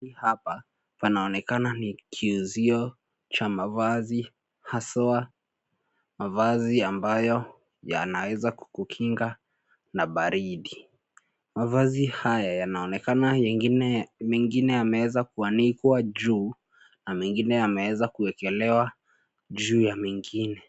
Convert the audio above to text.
Hii hapa panaonekana ni kiuzio cha mavazi haswaa mavazi ambayo yanaweza kukinga na baridi .Mavazi haya yanaonekana mengine yameweza kuanikwa juu na mengine yameweza kuwekelewa juu ya mengine.